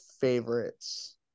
favorites